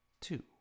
two